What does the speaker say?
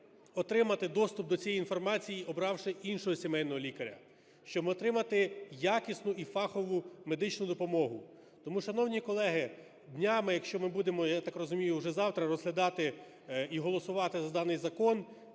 отримати доступ до цієї інформації, обравши іншого сімейного лікаря, щоб отримати якісну і фахову медичну допомогу. Тому, шановні колеги, днями, якщо ми будемо (я так розумію, уже завтра) розглядати і голосувати за даний закон,